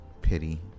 pity